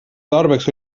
tarbeks